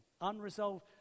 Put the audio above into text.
unresolved